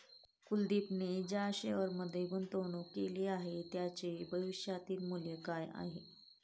कुलदीपने ज्या शेअर्समध्ये गुंतवणूक केली आहे, त्यांचे भविष्यातील मूल्य काय आहे?